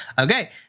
Okay